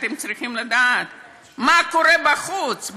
אתם צריכים לדעת מה קורה בחוץ,